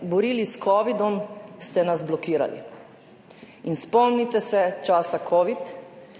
borili s covidom, ste nas blokirali. Spomnite se časa covida.